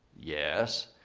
yes.